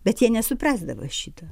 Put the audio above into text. bet jie nesuprasdavo šito